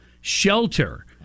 shelter